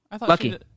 Lucky